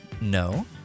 No